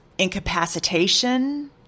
incapacitation